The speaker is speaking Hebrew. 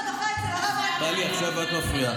זה בוועדת רווחה אצל הרב, טלי, עכשיו את מפריעה.